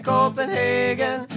Copenhagen